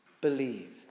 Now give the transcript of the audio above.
believe